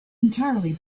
entirely